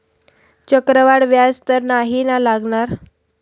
चक्रवाढ व्याज तर नाही ना लागणार?